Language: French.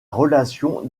relation